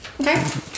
Okay